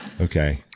Okay